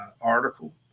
article